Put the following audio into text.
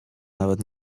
nawet